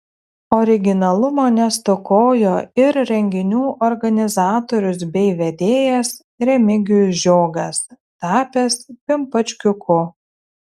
originalumo nestokojo ir renginių organizatorius bei vedėjas remigijus žiogas tapęs pimpačkiuku